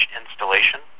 installation